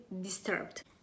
disturbed